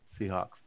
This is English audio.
Seahawks